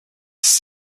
ist